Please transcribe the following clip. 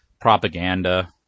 propaganda